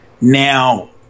now